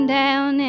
down